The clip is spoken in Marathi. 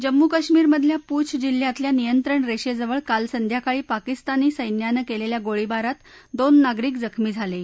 जम्मू काश्मीरमधल्या पुछ जिल्ह्यातल्या नियत्रण रेषेजवळ काल संध्याकाळी पाकिस्तानी सच्चानं केलेल्या गोळीबारात दोन नागरिक जखमी झाले आहेत